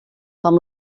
com